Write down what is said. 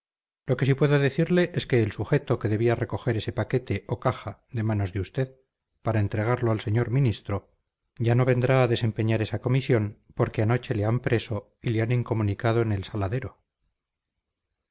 lo que sí puedo decirle es que el sujeto que debía recoger ese paquete o caja de manos de usted para entregarlo al señor ministro ya no vendrá a desempeñar esa comisión porque anoche le han preso y se halla incomunicado en el saladero